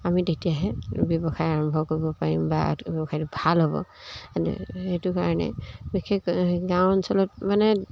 আমি তেতিয়াহে ব্যৱসায় আৰম্ভ কৰিব পাৰিম বা ব্যৱসায়টো ভাল হ'ব সেইটো কাৰণে বিশেষ গাঁও অঞ্চলত মানে